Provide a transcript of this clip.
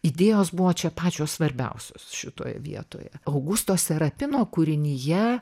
idėjos buvo čia pačios svarbiausios šitoje vietoje augusto serapino kūrinyje